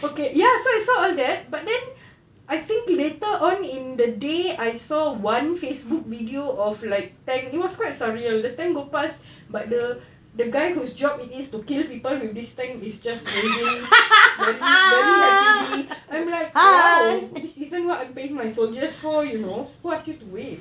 okay ya so I saw all that but then I think later on in the day I saw one facebook video of like tank it was quite surreal the tank go past but the the guy whose job it is to kill people with this tank is just waving very happily I'm like !wow! this isn't what I'm paying my soldiers for you know who ask you to wave